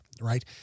right